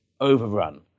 overrun